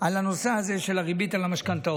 על הנושא הזה של הריבית על המשכנתאות,